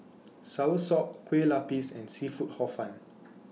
Soursop Kueh Lapis and Seafood Hor Fun